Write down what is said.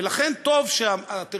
ולכן טוב שהטרמינולוגיה,